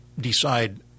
decide